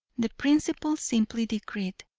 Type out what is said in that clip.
the principle simply decreed,